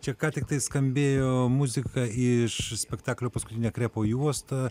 čia ką tiktai skambėjo muzika iš spektaklio paskutinė krepo juosta